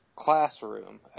classroom